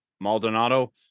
Maldonado